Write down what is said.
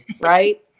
right